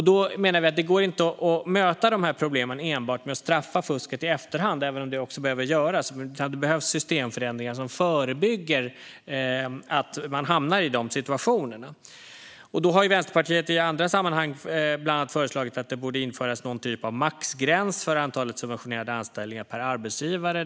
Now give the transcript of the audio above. Vi menar att det inte går att möta de här problemen enbart med att straffa fusket i efterhand, även om det också behöver göras, utan det behövs systemförändringar som förebygger att man hamnar i sådana situationer. Vänsterpartiet har i andra sammanhang bland annat föreslagit att det borde införas någon typ av maxgräns för antalet subventionerade anställningar per arbetsgivare.